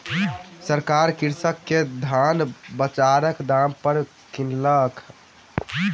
सरकार कृषक के धान बजारक दाम पर किनलक